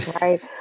Right